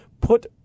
put